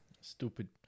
stupid